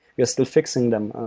we are still fixing them.